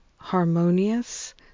harmonious